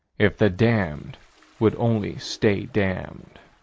if the damned would only stay damned.